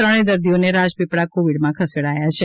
ત્રણે દર્દીઓને રાજપીપલા કોવિડમાં ખસેડાયા છે